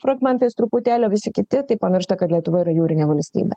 fragmentais truputėlį visi kiti tai pamiršta kad lietuva yra jūrinė valstybė